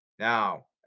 Now